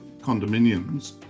condominiums